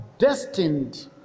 destined